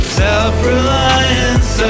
self-reliance